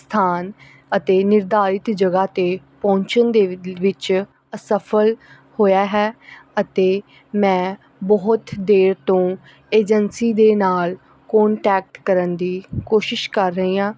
ਸਥਾਨ ਅਤੇ ਨਿਰਧਾਰਿਤ ਜਗ੍ਹਾ 'ਤੇ ਪਹੁੰਚਣ ਦੇ ਵਿੱਚ ਅਸਫਲ ਹੋਇਆ ਹੈ ਅਤੇ ਮੈਂ ਬਹੁਤ ਦੇਰ ਤੋਂ ਏਜੰਸੀ ਦੇ ਨਾਲ ਕੋਂਟੈਕਟ ਕਰਨ ਦੀ ਕੋਸ਼ਿਸ਼ ਕਰ ਰਹੀ ਹਾਂ